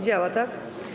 Działa, tak?